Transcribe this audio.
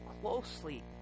closely